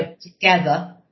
together